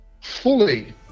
fully